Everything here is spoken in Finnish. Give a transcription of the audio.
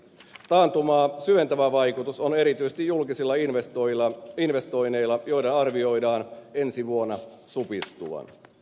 taantumaa syventävä vaikutus on erityisesti julkisilla investoinneilla joiden arvioidaan ensi vuonna supistuvan